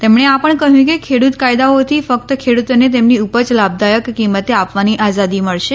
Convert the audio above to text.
તેમણે આ પણ કહ્યું કે ખેડૂત કાયદાઓથી ફક્ત ખેડૂતોને તેમની ઉપજ લાભદાયક કિંમતે આપવાની આઝાદી મળશે